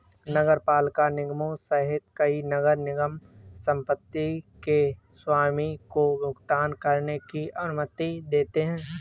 नगरपालिका निगमों सहित कई नगर निगम संपत्ति के स्वामी को भुगतान करने की अनुमति देते हैं